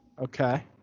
Okay